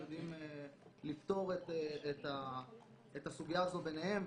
יודעים לפתור את הסוגיה הזו ביניהם,